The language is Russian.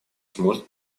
сможет